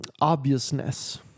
Obviousness